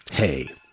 Hey